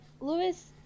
Lewis